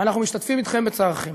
ואנחנו משתתפים אתכם בצערכם.